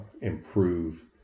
improve